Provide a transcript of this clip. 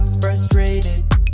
Frustrated